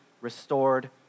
restored